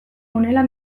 honela